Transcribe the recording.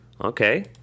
Okay